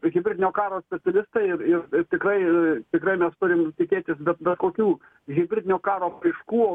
hibridinio karo specialistai ir ir tikrai tikrai mes turim tikėtis bet bet kokių hibridinio karo apraiškų